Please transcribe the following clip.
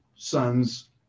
Sons